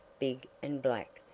big and black,